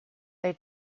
they